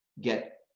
get